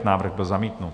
Návrh byl zamítnut.